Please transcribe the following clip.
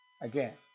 again